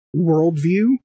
worldview